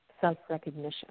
self-recognition